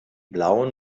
blauen